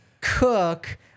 Cook